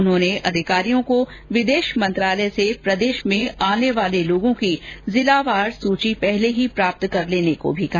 उन्होंने अधिकारियों को विदेश मंत्रालय से प्रदेश में आने वाले लोगों की जिलावार सूची पहले ही प्राप्त कर लेने को कहा